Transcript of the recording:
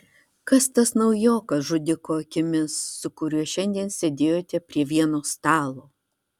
kas tas naujokas žudiko akimis su kuriuo šiandien sėdėjote prie vieno stalo